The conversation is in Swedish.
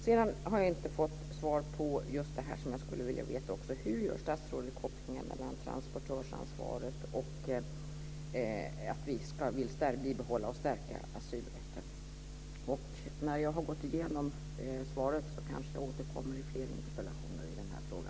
Sedan har jag inte fått svar på frågan om vilken koppling statsrådet gör mellan transportörsansvaret och att vi vill bibehålla och stärka asylrätten. När jag har gått igenom svaret återkommer jag kanske i fler interpellationer i denna fråga.